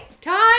Time